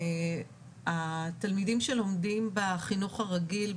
התלמידים שלומדים בחינוך הרגיל,